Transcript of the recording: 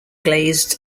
glazed